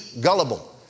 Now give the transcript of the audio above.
gullible